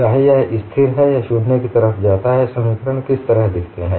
चाहे यह स्थिर है या शून्य की तरफ जाता है ये समीकरण किस तरह दिखते हैं